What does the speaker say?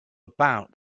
about